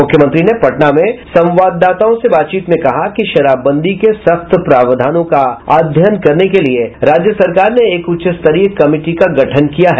मुख्यमंत्री ने पटना में संवाददाताओं से बातचीत में कहा कि शराबबंदी के सख्त प्रावधानों का अध्ययन करने के लिए राज्य सरकार ने एक उच्च स्तरीय कमेटी का गठन किया है